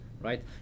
right